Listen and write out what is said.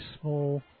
small